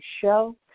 show